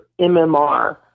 MMR